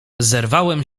zerwałem